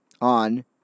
on